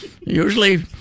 Usually